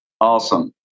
Awesome